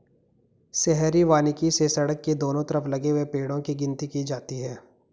शहरी वानिकी से सड़क के दोनों तरफ लगे हुए पेड़ो की गिनती की जाती है